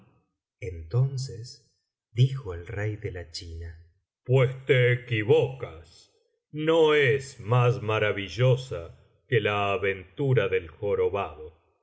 entonces dijo el rey de la china pues te equivocas no es más maravillosa que la aventura del jorobado